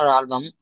album